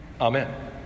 Amen